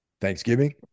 thanksgiving